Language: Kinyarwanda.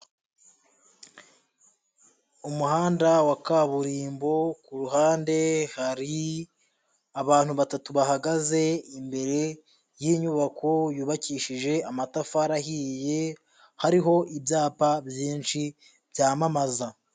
Umuhanda wa kaburimbo ku ruhande hari abantu batatu bahagaze imbere y'inyubako yubakishije amatafari ahiye, hariho ibyapa byinshi byamamaza.